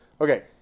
Okay